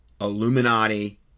Illuminati